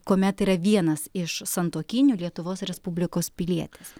kuomet yra vienas iš santuokinių lietuvos respublikos pilietis